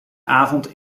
avond